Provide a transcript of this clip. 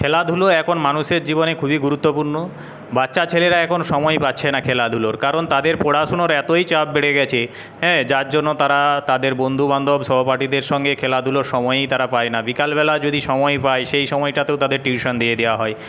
খেলাধুলো এখন মানুষের জীবনে খুবই গুরুত্বপূর্ণ বাচ্চা ছেলেরা এখন সময় পাচ্ছে না খেলাধুলোর কারণ তাদের পড়াশুনোর এতই চাপ বেড়ে গেছে হ্যাঁ যার জন্য তারা তাদের বন্ধুবান্ধব সহপাঠীদের সঙ্গে খেলাধুলো সময়ই তারা পায় না বিকালবেলা যদি সময় পায় সেই সময়টাতেও তাদের টিউশান দিয়ে দেওয়া হয়